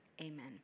amen